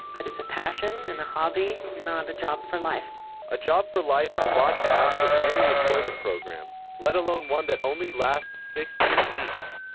but it's a passion and a hobby, not a job for life a job for life is a lot to ask of any employment program, let alone one that only lasts sixteen weeks.